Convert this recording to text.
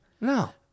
No